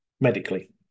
medically